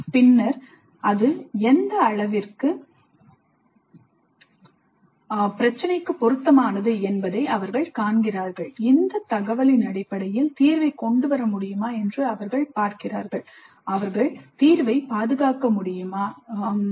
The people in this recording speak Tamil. பின்னர் அது எந்த அளவிற்கு பிரச்சினைக்கு பொருத்தமானது என்பதை அவர்கள் காண்கிறார்கள் இந்த தகவலின் அடிப்படையில் தீர்வைக் கொண்டு வர முடியுமா என்று அவர்கள் பார்க்கிறார்கள் அவர்கள் தீர்வைப் பாதுகாக்க முடியுமா என்பது